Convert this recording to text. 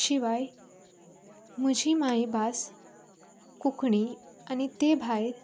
शिवाय म्हजी मांयभास कोंकणी आनी तें भायर